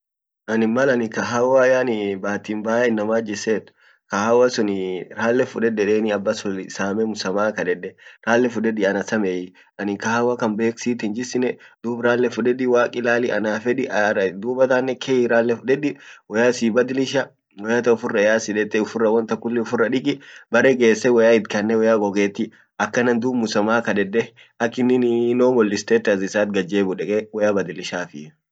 annin mal anin kahawa yaani bahati mbaya inamat jiseet kahawa sun ralee fuledi abbasun samee msamaha kadede rale fudedi anasamei, anin kahawa kan bek sit hinjisine, dub rale fuledi waq ilali anaf edi araed, dubattanen kei rale fudedi woya sibadilisha